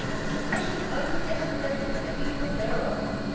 sufficient unto yesterday is the evil thereof.